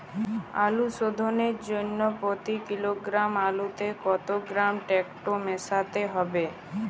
আলু শোধনের জন্য প্রতি কিলোগ্রাম আলুতে কত গ্রাম টেকটো মেশাতে হবে?